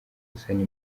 gusana